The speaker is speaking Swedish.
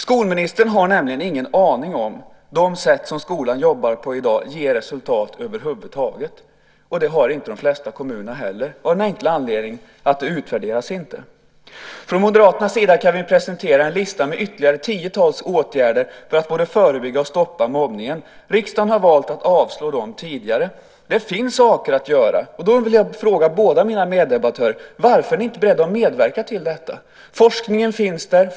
Skolministern har nämligen ingen aning om om de sätt som skolan jobbar på i dag ger resultat över huvud taget - det gäller även de flesta kommuner - av den enkla anledningen att det inte utvärderas. Från Moderaternas sida kan vi presentera en lista med ytterligare ett tiotal åtgärder för att förebygga och stoppa mobbningen. Riksdagen har tidigare valt att avslå dem. Det finns saker att göra. Jag vill fråga mina båda meddebattörer: Varför är ni inte beredda att medverka till detta? Forskningen finns där.